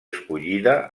escollida